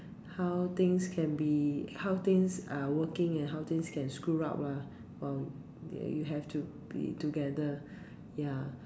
how things can be how things are working and how things can screw up lah while you have to be together ya